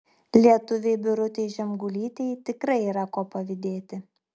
lietuvei birutei žemgulytei tikrai yra ko pavydėti